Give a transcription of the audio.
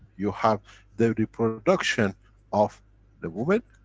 you have the reproduction of the woman